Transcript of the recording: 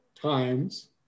times